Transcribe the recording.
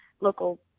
local